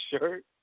shirt